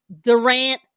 Durant